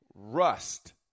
rust